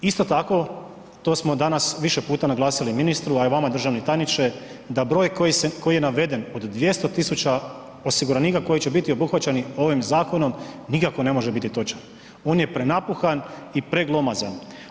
Isto tako, to smo danas više puta naglasili ministru a i vama državni tajniče, da broj koji je naveden od 200 000 osiguranika koji će biti obuhvaćeni ovim zakonom, nikako ne može biti točan, on je prenapuhan i preglomazan.